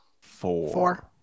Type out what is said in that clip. Four